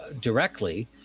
directly